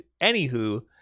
anywho